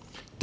–